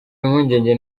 impungenge